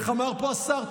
איך אמר פה השר?